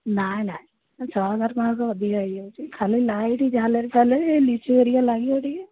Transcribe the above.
ନାଇ ନାଇ ଛଅ ହଜାର ଟଙ୍କା ଅଧିକା ହେଇଯାଉଛି ଖାଲି ଲାଇଟ୍ ଝାଲେରି ଫାଲେରି ଏଇ ଲିଚୁ ହେରିକା ଲାଗିବ ଟିକେ